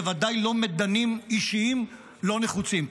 בוודאי לא מדנים אישיים לא נחוצים.